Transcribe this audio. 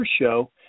show